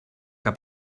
que